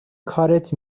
کارت